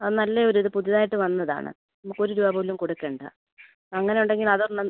ആ നല്ല ഒരിത് പുതിയതായിട്ട് വന്നതാണ് നമുക്ക് ഒരു രൂപ പോലും കൊടുക്കേണ്ട അങ്ങനെ ഉണ്ടെങ്കിൽ അത് ഒരെണ്ണം